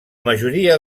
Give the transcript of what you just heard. majoria